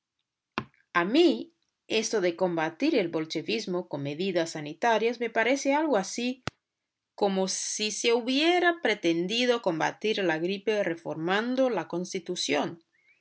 a mí esto de combatir el bolchevismo con medidas sanitarias me parece algo así como si se hubiera pretendido combatir la gripe reformando la constitución